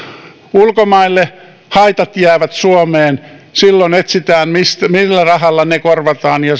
ulkomaille haitat jäävät suomeen silloin etsitään sitä millä rahalla ne korvataan ja